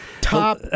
Top